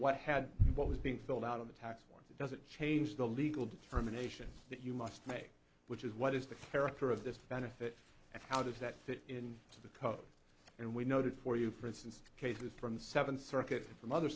what had what was being filled out of the tax once it doesn't change the legal determination that you must make which is what is the character of this benefit and how does that fit in to the car and we noted for you for instance cases from the seventh circuit from other